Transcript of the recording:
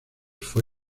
fue